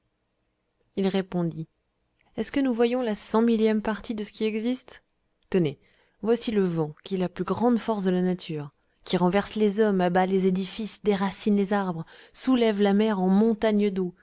il répondit est-ce que nous voyons la cent millième partie de ce qui existe tenez voici le vent qui est la plus grande force de la nature qui renverse les hommes abat les édifices déracine les arbres soulève la mer en montagnes d'eau